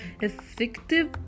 effective